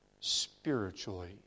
spiritually